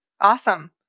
Awesome